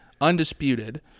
undisputed